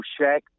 Shaq